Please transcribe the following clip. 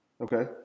okay